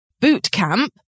bootcamp